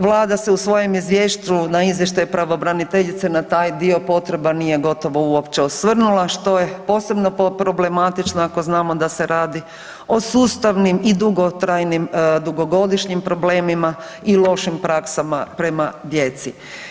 Vlada se u svojem izvješću na izvještaj pravobraniteljice na taj dio potreba nije gotovo uopće osvrnula što je posebno problematično ako znamo da se radi o sustavnim i dugotrajnim dugogodišnjim problemima i lošim praksama prema djeci.